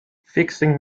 fixing